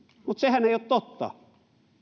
mutta sehän ei ole totta